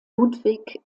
ludwig